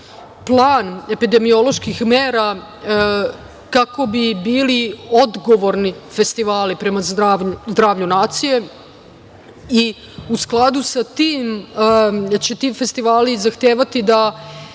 plan epidemioloških mera, kako bi bili odgovorni festivali prema zdravlju nacije i u skladu sa tim, jer će ti festivali zahtevati da